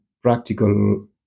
practical